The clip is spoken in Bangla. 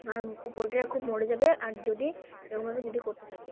আর পোলট্রিরা খুব মরে যাবে আর যদি এরকমভাবে যদি করতে থাকি